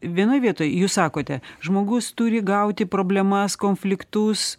vienoj vietoj jūs sakote žmogus turi gauti problemas konfliktus